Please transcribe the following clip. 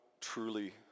truly